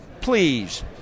please